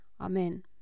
Amen